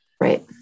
Right